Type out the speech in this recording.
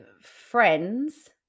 friends